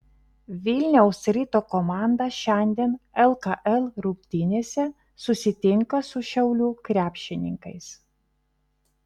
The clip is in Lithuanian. vilniaus ryto komanda šiandien lkl rungtynėse susitinka su šiaulių krepšininkais